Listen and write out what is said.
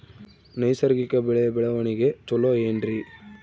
ನೈಸರ್ಗಿಕ ಬೆಳೆಯ ಬೆಳವಣಿಗೆ ಚೊಲೊ ಏನ್ರಿ?